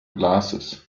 glasses